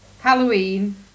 halloween